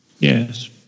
Yes